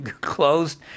closed